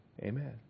Amen